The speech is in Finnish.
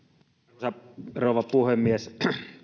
arvoisa rouva puhemies